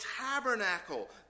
tabernacle